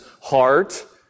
heart